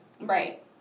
Right